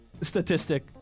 statistic